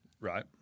Right